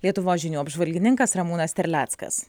lietuvos žinių apžvalgininkas ramūnas terleckas